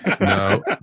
no